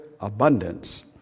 abundance